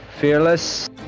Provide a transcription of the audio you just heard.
fearless